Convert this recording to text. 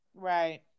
right